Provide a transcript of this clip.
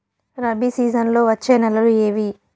రబి సీజన్లలో వచ్చే నెలలు ఏవి?